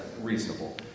reasonable